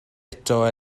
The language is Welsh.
eto